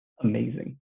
amazing